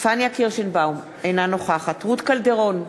פניה קירשנבאום, אינה נוכחת רות קלדרון,